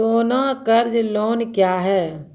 सोना कर्ज लोन क्या हैं?